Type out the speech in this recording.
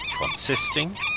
Consisting